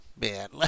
man